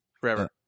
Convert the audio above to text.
Forever